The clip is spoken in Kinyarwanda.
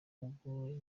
ubwo